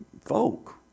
folk